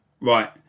Right